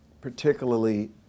particularly